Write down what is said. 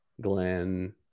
Glenn